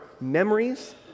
memories